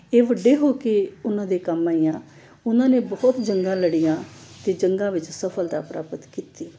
ਇਹ ਵੱਡੇ ਹੋ ਕੇ ਉਹਨਾਂ ਦੇ ਕੰਮ ਆਈਆਂ ਉਹਨਾਂ ਨੇ ਬਹੁਤ ਜੰਗਾਂ ਲੜੀਆਂ ਅਤੇ ਜੰਗਾਂ ਵਿੱਚ ਸਫਲਤਾ ਪ੍ਰਾਪਤ ਕੀਤੀ